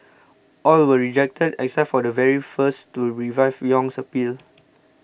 all were rejected except for the very first to revive Yong's appeal